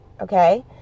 okay